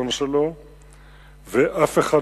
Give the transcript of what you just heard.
ואשיגם ולא אשוב עד כלותם".